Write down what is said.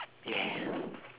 yeah